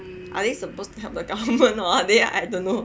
are they supposed to help the government or are they I don't know